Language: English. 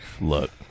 Look